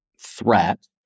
threat